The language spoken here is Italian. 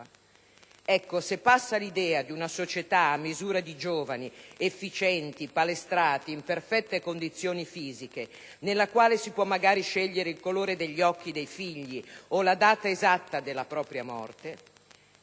se passa l'idea di una società a misura di giovani efficienti, palestrati, in perfette condizioni fisiche, nella quale si può magari scegliere il colore degli occhi dei figli o la data esatta della propria morte,